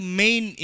main